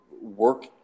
work